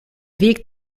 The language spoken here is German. weg